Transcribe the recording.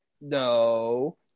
No